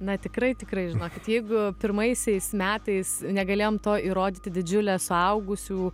na tikrai tikrai žinokit jeigu pirmaisiais metais negalėjom to įrodyti didžiule suaugusių